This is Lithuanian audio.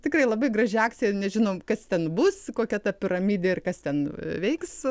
tikrai labai graži akcija nežinom kas ten bus kokia ta piramidė ir kas ten veiks